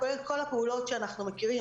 כולל כל הפעולות שאנחנו מכירים,